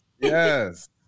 yes